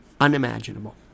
unimaginable